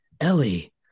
Ellie